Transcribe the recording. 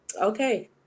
Okay